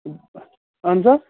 اہن حظ آ